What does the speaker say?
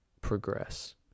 progress